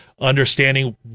understanding